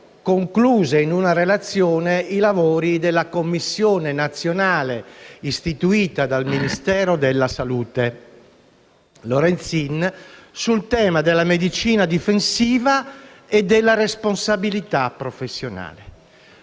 contenute in una relazione dei lavori della Commissione nazionale istituita dal ministro della salute Lorenzin sul tema della medicina difensiva e della responsabilità professionale.